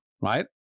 right